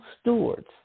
stewards